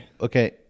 okay